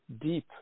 deep